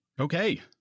Okay